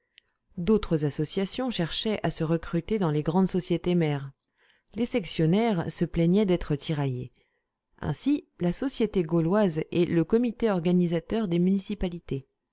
d'autres associations cherchaient à se recruter dans les grandes sociétés mères les sectionnaires se plaignaient d'être tiraillés ainsi la société gauloise et le comité organisateur des municipalités